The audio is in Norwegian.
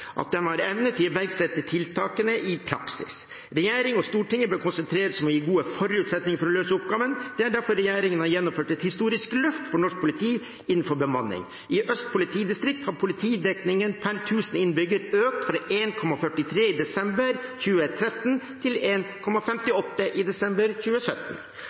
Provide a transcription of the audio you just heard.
at de har evne til å iverksette tiltakene i praksis. Regjeringen og Stortinget bør konsentrere seg om å gi gode forutsetninger for å løse oppgaven. Det er derfor regjeringen har gjennomført et historisk løft for norsk politi innenfor bemanning. I Øst politidistrikt har politidekningen per 1 000 innbyggere økt fra 1,43 i desember 2013 til 1,58 i desember 2017.